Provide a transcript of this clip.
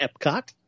Epcot